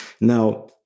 Now